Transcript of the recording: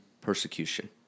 persecution